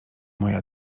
moja